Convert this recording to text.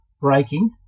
braking